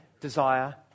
desire